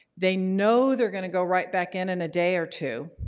they know they're going to go right back in in a day or two.